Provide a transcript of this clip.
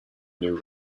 new